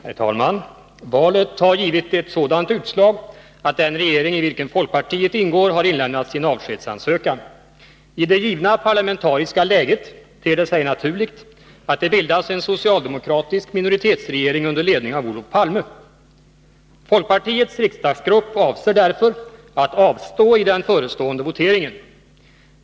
Herr talman! Valet har givit ett sådant utslag att den regering i vilken folkpartiet ingår har inlämnat sin avskedsansökan. I det givna parlamentariska läget ter det sig naturligt att det bildas en socialdemokratisk minoritetsregering under ledning av Olof Palme. Folkpartiets riksdagsgrupp avser därför att avstå i den kommande voteringen.